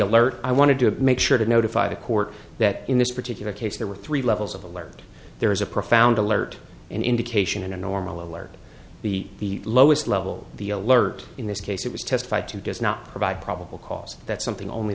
alert i wanted to make sure to notify the court that in this particular case there were three levels of alert there is a profound alert an indication in a normal alert the lowest level the alert in this case it was testified to does not provide probable cause that something only